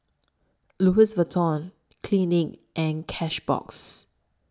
Louis Vuitton Clinique and Cashbox